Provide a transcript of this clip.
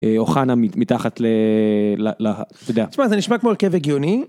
אוחנה מתחת ל... אתה יודע. תשמע זה נשמע כמו הרכב הגיוני.